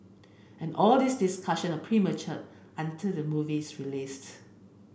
and all these discussion are premature until the movie is released